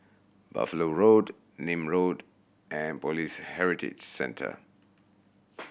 Buffalo Road Nim Road and Police Heritage Centre